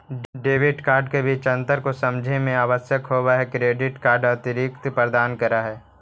Debit card के बीच अंतर को समझे मे आवश्यक होव है क्रेडिट कार्ड अतिरिक्त प्रदान कर है?